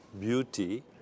beauty